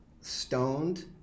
stoned